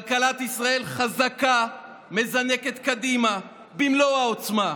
כלכלת ישראל חזקה, מזנקת קדימה במלוא העוצמה,